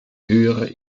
höhere